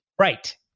Right